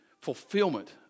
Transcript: fulfillment